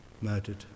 murdered